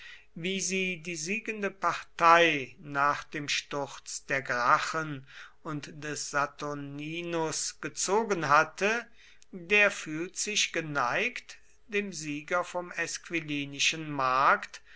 wie sie die siegende partei nach dem sturz der gracchen und des saturninus gezogen hatte der fühlt sich geneigt dem sieger vom esquilinischen markt